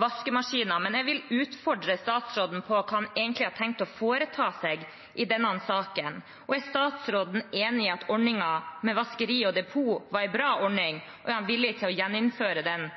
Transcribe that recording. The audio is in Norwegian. vaskemaskiner, men jeg vil utfordre statsråden på hva han egentlig har tenkt å foreta seg i denne saken. Er statsråden enig i at ordningen med vaskeri og depot var en bra ordning? Og er han villig til å gjeninnføre den